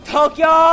Tokyo